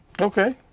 Okay